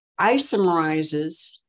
isomerizes